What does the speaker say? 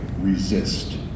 resist